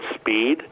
speed